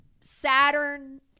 saturn